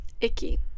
icky